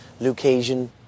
Lucasian